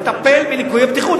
לטפל בליקויי בטיחות.